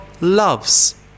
loves